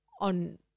on